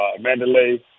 Mandalay